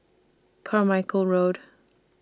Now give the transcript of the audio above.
Carmichael Road